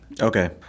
okay